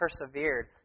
persevered